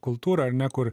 kultūra ar ne kur